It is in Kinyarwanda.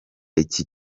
iki